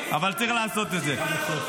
אבל צריך לעשות את זה.